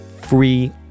free